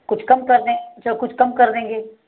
कुछ कम देंगे चलो कुछ कम कर देंगे